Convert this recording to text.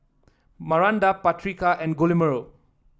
Maranda Patrica and Guillermo